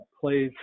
plays